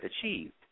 achieved